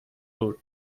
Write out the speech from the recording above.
hood